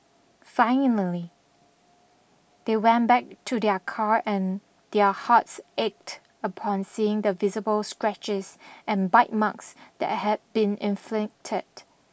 finally they went back to their car and their hearts ached upon seeing the visible scratches and bite marks that had been inflicted